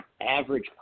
average